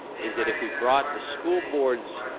is that if we brought the school board's.